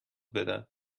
بدن